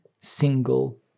single